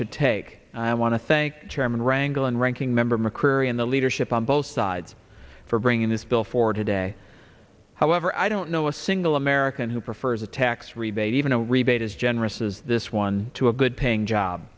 should take i want to thank chairman rangle and ranking member mccurry and the leadership on both sides for bringing this bill forward today however i don't know a single american who prefers a tax rebate even a rebate as generous as this one to a good paying job